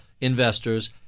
investors